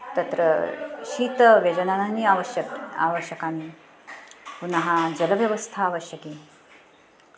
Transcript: तत्र शीतव्यजनानि आवश्यक् आवश्यकानि पुनः जलव्यवस्था आवश्यकी